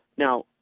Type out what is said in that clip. Now